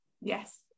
yes